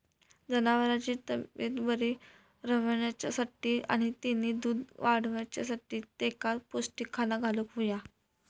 जनावरांची तब्येत बरी रवाच्यासाठी आणि तेनी दूध वाडवच्यासाठी तेंका पौष्टिक खाणा घालुक होया